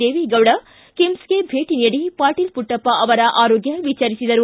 ದೇವೇಗೌಡ ಕಿಮ್ಸ್ಗೆ ಭೇಟಿ ನೀಡಿ ಪಾಟೀಲ ಪುಟ್ಟಪ್ಪ ಅವರ ಆರೋಗ್ಯ ವಿಚಾರಿಸಿದರು